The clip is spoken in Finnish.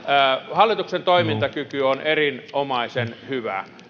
hallituksen toimintakyky on erinomaisen hyvä